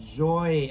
joy